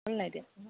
phone নাই দিয়া